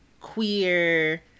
queer